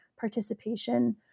participation